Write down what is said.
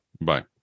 bye